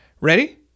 Ready